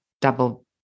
double